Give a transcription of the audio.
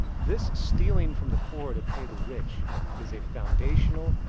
this stealing from the poor to pay the rich is a foundational,